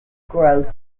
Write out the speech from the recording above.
growth